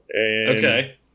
Okay